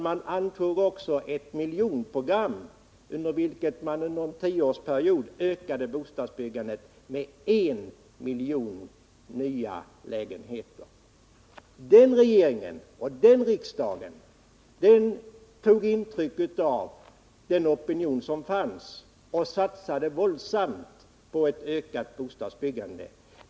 Man antog också ett miljonprogram under vilket man på en tioårsperiod ökade bostadsbyggandet med en miljon nya lägenheter. Den dåvarande regeringen tog intryck av den opinion som fanns och satsade våldsamt på ett ökat bostadsbyggande.